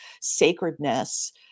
sacredness